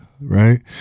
right